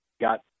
got